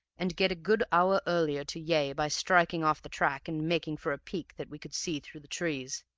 and get a good hour earlier to yea, by striking off the track and making for a peak that we could see through the trees,